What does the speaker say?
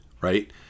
right